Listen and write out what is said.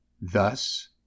Thus